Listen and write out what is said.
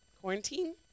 Quarantine